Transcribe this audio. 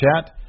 Chat